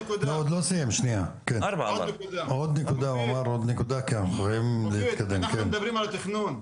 מופיד, אנחנו מדברים על תכנון,